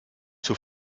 zur